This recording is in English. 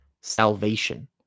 salvation